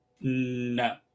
No